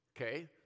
okay